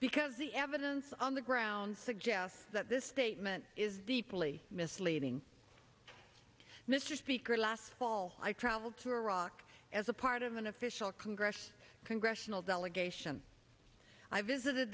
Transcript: because the evidence on the ground suggests that this statement is deeply misleading mr speaker last fall i traveled to iraq as a part of an official congressional congressional delegation i visited